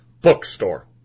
bookstore